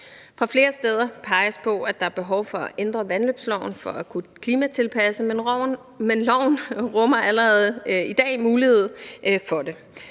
Fra flere steder peges der på, at der er behov for at ændre vandløbsloven for at kunne klimatilpasse, men loven indeholder allerede i dag mulighed for det.